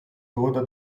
toda